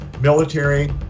military